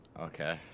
Okay